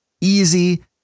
easy